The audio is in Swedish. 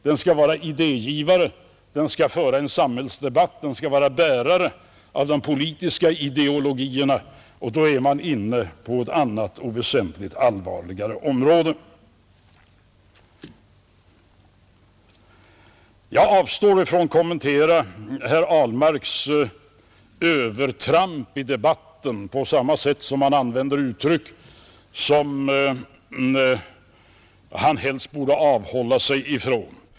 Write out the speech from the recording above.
Den skall vara idégivare, den skall föra en samhällsdebatt, den skall vara bärare av de politiska ideologierna, och då är man inne på ett annat och väsentligt allvarligare område. Jag avstår från att kommentera herr Ahlmarks övertramp i debatten på samma sätt som han använder uttryck som han helst borde avhålla sig ifrån.